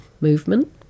movement